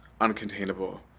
uncontainable